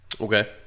Okay